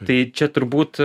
tai čia turbūt